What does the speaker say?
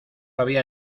había